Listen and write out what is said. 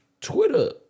Twitter